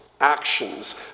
actions